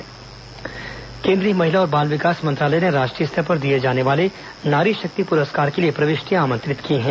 नारी शक्ति सम्मान केंद्रीय महिला और बाल विकास मंत्रालय ने राष्ट्रीय स्तर पर दिए जाने वाले नारी शक्ति पुरस्कार के लिए प्रविष्टियां आमंत्रित की हैं